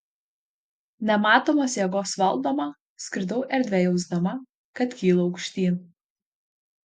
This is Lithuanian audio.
nematomos jėgos valdoma skridau erdve jausdama kad kylu aukštyn